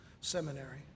seminary